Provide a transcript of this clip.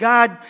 God